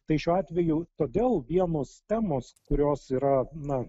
tai šiuo atveju todėl vienos temos kurios yra na